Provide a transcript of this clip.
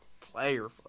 Player